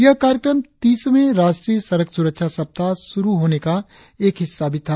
यह कार्यक्रम तीसवें राष्ट्रीय सड़क सुरक्षा सप्ताह शुरु होने का एक हिस्सा भी था